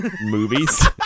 movies